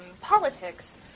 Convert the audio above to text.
politics